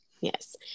Yes